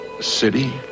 city